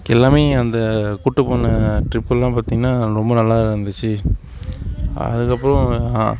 எல்லாமே அந்த கூட்டு போன ட்ரிப் எல்லாம் பார்த்தீங்கன்னா ரொம்ப நல்லா இருந்துச்சு அதுக்கப்பறம்